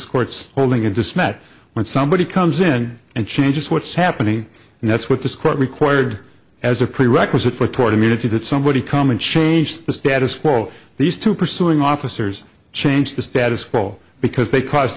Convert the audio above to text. court's holding it just met when somebody comes in and changes what's happening and that's what this court required as a prerequisite for tort immunity that somebody come and change the status quo these two pursuing officers change the status quo because they caused